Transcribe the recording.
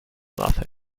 nothing